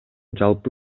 жалпы